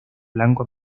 blanco